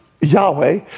Yahweh